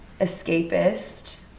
escapist